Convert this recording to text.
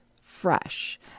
fresh